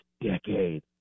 decade